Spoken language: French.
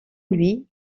louis